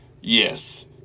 Yes